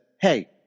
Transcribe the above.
Hey